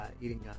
eating